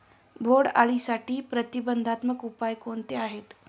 बोंडअळीसाठी प्रतिबंधात्मक उपाय कोणते आहेत?